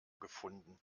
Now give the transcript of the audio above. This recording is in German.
gefunden